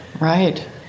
right